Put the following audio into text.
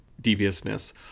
deviousness